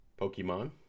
Pokemon